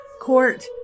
Court